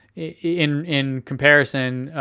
in in comparison,